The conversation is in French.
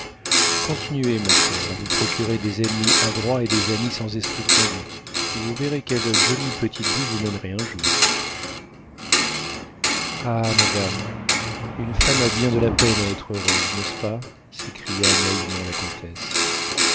continuez mon coeur à vous procurer des ennemis adroits et des amis sans esprit de conduite vous verrez quelle jolie petite vie vous mènerez un jour ah madame une femme a bien de la peine à être heureuse n'est-ce pas s'écria naïvement la comtesse